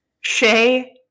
Shay